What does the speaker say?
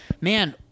Man